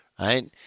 Right